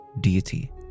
deity